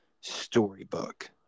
storybook